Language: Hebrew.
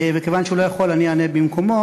וכיוון שהוא לא יכול, אני אענה במקומו.